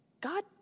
God